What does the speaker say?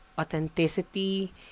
authenticity